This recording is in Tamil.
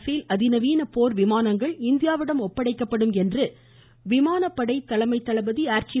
பேல் அதிநவீன போர் விமானங்கள் இந்தியாவிடம் ஒப்படைக்கப்படும் என்று விமானப்படை தலைமை தளபதி ஏர்சீ